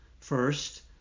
first